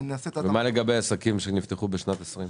ומה לגבי עסקים שנפתחו בשנת 2020?